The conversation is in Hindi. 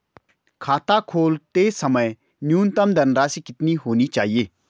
खाता खोलते समय न्यूनतम धनराशि कितनी होनी चाहिए?